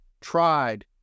tried